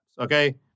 okay